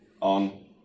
on